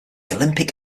olympic